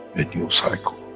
a new cycle,